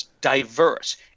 diverse